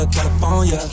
California